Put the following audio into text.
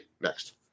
Next